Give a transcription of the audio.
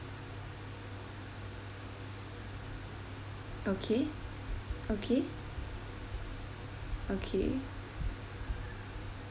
okay okay okay